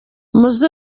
muzo